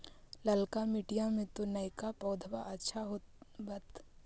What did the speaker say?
ललका मिटीया मे तो नयका पौधबा अच्छा होबत?